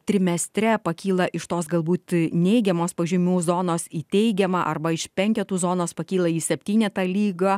trimestre pakyla iš tos galbūt neigiamos pažymių zonos į teigiamą arba iš penketų zonos pakyla į septynetą lygą